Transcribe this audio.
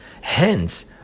Hence